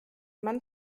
man